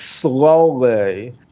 slowly